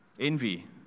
envy